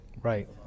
right